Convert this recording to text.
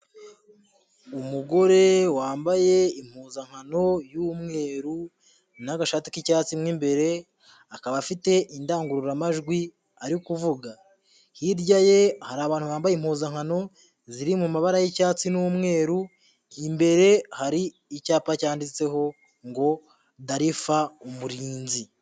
Umugore wambaye impuzankano y'umweru n'agashati k'icyatsi mo imbere, akaba afite indangururamajwi ari kuvuga, hirya ye hari abantu bambaye impuzankano ziri mu mabara y'icyatsi n'umweru, imbere hari icyapa cyanditseho ngo Dalifa umurinzi.